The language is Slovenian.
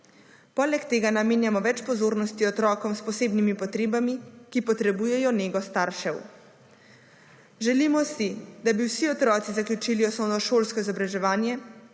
Poleg tega namenjamo več pozornosti otrokom s posebnimi potrebami, ki potrebujejo nego staršev. Želimo si, da bi vsi otroci zaključili osnovnošolsko izobraževanje,